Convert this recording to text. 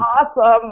awesome